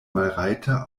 malrajta